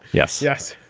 yes. yes.